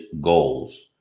goals